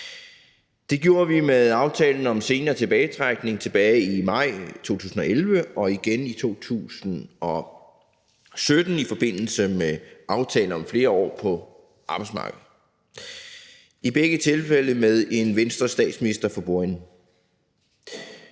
Det gjorde vi med aftalen om senere tilbagetrækning tilbage i maj 2011 og igen i 2017 i forbindelse med aftalen om flere år på arbejdsmarkedet. I begge tilfælde var det med en Venstrestatsminister for bordenden.